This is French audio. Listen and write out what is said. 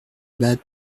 abad